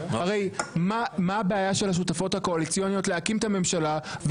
הרי מה הבעיה של השותפות הקואליציונית להקים את הממשלה,